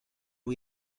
are